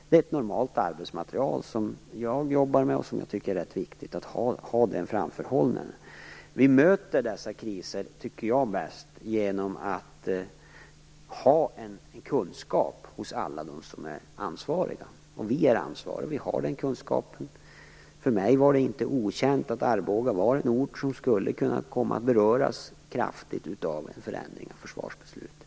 Det är ett normalt arbetsmaterial som jag jobbar med, och jag tycker att det är viktigt att ha den framförhållningen. Jag tycker att vi bäst bemöter dessa kriser genom att ha en kunskap hos alla ansvariga. Vi är ansvariga, och vi har den kunskapen. För mig var det inte okänt att Arboga skulle kunna komma att beröras kraftigt av en förändring av försvarsbeslutet.